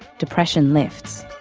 depression lifts.